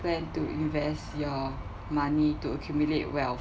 plan to invest your money to accumulate wealth